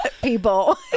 people